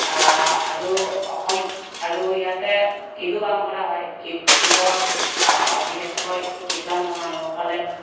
আৰু অসম আৰু ইয়াতে ঈদো পালন কৰা হয় ঈদ ঈদত বিশেষকৈ ইছলাম ধৰ্মৰ মানুহসকলে